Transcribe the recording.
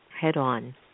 head-on